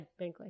Binkley